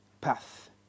path